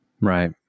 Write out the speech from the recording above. Right